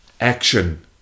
Action